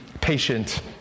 patient